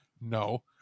No